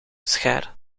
schaar